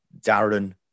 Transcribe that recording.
Darren